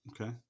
Okay